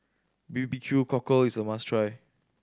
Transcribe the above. B B Q Cockle is a must try